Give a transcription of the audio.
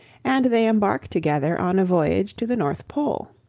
and they embark together on a voyage to the north pole,